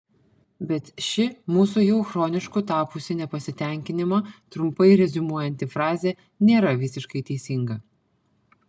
bet ši mūsų jau chronišku tapusį nepasitenkinimą trumpai reziumuojanti frazė nėra visiškai teisinga